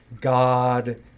God